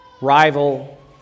rival